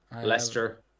Leicester